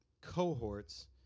cohorts